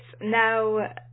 now